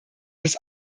des